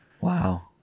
Wow